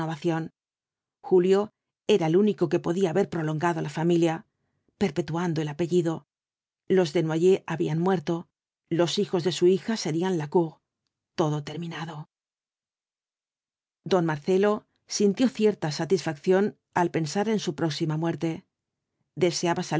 julio era el único que podía haber prolongado la familia perpetuando el apellido los desnoyers habían muerto los hijos de su hija serían lacour todo terminado don marcelo sintió cierta satisfacción al pensar en su próxima muerte deseaba